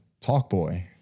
Talkboy